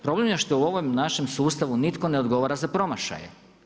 Problem je što u ovom našem sustav nitko ne odgovara za promašaje.